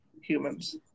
humans